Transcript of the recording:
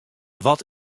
wat